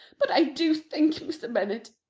but i do think, mr. bennet,